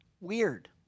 Weird